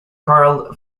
carl